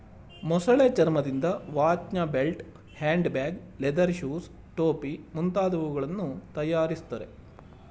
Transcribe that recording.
ಮೊಸಳೆ ಚರ್ಮದಿಂದ ವಾಚ್ನ belt, hand bag, leather shoes, ಟೋಪಿ ಮುಂತಾದವುಗಳನ್ನು ತರಯಾರಿಸ್ತರೆ